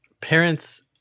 Parents